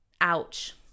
ouch